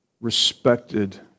respected